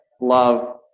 love